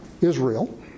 Israel